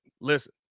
listen